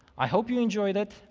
i hope you enjoyed it,